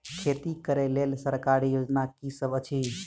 खेती करै लेल सरकारी योजना की सब अछि?